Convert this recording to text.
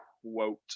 quote